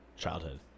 childhood